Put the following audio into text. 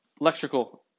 electrical